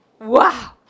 Wow